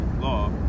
law